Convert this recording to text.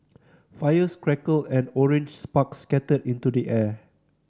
fires crackled and orange sparks scattered into the air